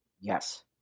yes